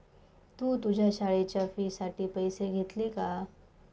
तू तुझ्या शाळेच्या फी साठी पैसे घेतले का?